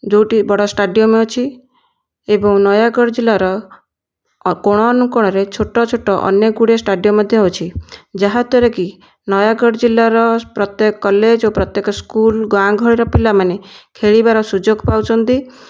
ଦୁଇଟି ବଡ଼ ଷ୍ଟାଡିୟମ୍ ଅଛି ଏବଂ ନୟାଗଡ଼ ଜିଲ୍ଲାର କୋଣ ଅନୁକୋଣରେ ଛୋଟ ଛୋଟ ଅନେକ ଗୁଡ଼ିଏ ଷ୍ଟାଡିୟମ୍ ମଧ୍ୟ ହେଉଛି ଯାହାଦ୍ୱାରା କି ନୟାଗଡ଼ ଜିଲ୍ଲାର ପ୍ରତ୍ୟେକ କଲେଜ ଓ ପ୍ରତ୍ୟେକ ସ୍କୁଲ ଗାଁ ଗହଳିର ପିଲାମାନେ ଖେଳିବାର ସୁଯୋଗ ପାଉଛନ୍ତି